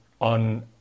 on